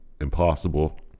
impossible